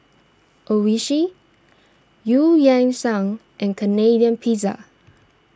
Oishi Eu Yan Sang and Canadian Pizza